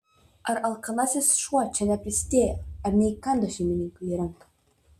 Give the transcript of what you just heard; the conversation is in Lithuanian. ar alkanasis šuo čia neprisidėjo ar neįkando šeimininkui į ranką